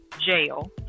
jail